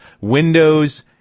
Windows